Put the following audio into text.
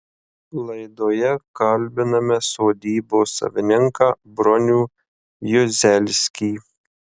laidoje kalbiname sodybos savininką bronių juzelskį